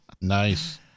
Nice